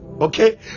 Okay